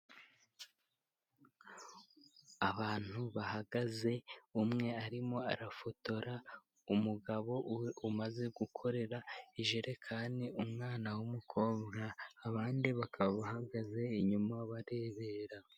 Abantu bahagaze, umwe arimo arafotora umugabo umaze gukorera ijerekani umwana w'umukobwa, abandi bakaba bahagaze inyuma barebera.